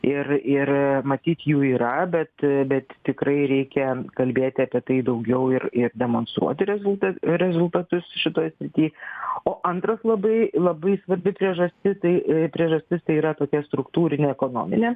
ir ir matyt jų yra bet bet tikrai reikia kalbėti apie tai daugiau ir ir demonstruoti rezultat rezultatus šitoj srity o antra labai labai svarbi priežastis tai priežastis yra tokia struktūrinė ekonominė